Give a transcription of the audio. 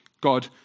God